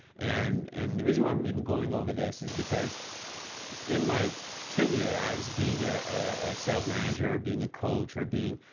and and the reason why i'm even going over this is because in my tenure as being a sales manager, being a coach or being,